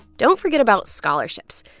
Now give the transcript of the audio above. don't forget about scholarships.